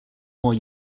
more